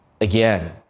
again